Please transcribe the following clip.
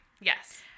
Yes